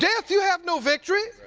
yeah you have no victory.